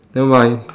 never mind